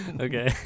Okay